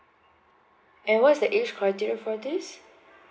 and what is the age criteria for this